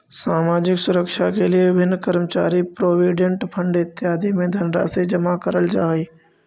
सामाजिक सुरक्षा के लिए विभिन्न कर्मचारी प्रोविडेंट फंड इत्यादि में धनराशि जमा करल जा हई